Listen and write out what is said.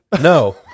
No